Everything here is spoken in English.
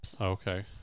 okay